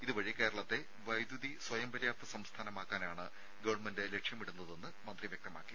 ഇതുവഴി കേരളത്തെ വൈദ്യുതി സ്വയം പര്യാപ്ത സംസ്ഥാനമാക്കാനാണ് ഗവൺമെന്റ് ലക്ഷ്യമിടുന്നതെന്ന് മന്ത്രി വ്യക്തമാക്കി